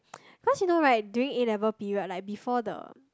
cause you know like during A-level period like before the